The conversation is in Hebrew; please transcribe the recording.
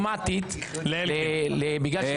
אני רק מוודא שבקשתי לדבר --- כן, וגם בקשתי.